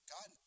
God